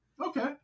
Okay